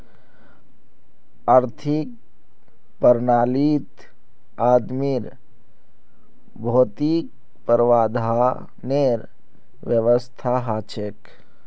आर्थिक प्रणालीत आदमीर भौतिक प्रावधानेर व्यवस्था हछेक